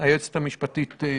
האם זה מה שיעצור וימנע את המגיפה?